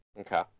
okay